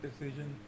decision